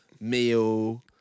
meal